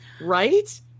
right